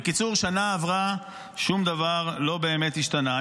בקיצור, שנה עברה, שום דבר לא באמת השתנה.